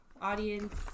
Audience